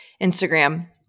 instagram